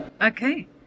Okay